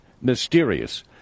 mysterious